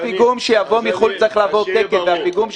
אז שיהיה ברור ,